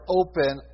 open